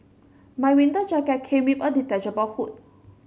my winter jacket came with a detachable hood